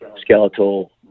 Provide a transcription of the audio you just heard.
skeletal